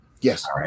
Yes